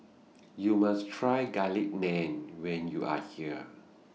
YOU must Try Garlic Naan when YOU Are here